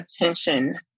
attention